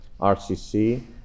RCC